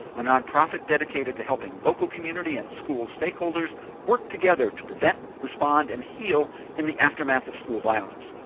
a non-profit dedicated to helping local community and school stakeholders work together to prevent, respond, and heal in the aftermath of school violence.